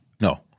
No